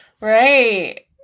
Right